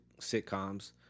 sitcoms